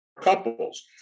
couples